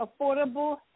affordable